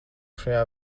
šajā